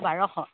বাৰশ